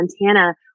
Montana